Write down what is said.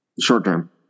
short-term